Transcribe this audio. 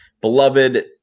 Beloved